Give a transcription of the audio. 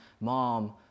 mom